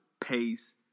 pace